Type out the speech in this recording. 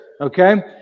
Okay